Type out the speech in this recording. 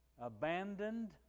abandoned